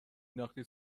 نداختی